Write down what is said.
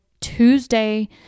Tuesday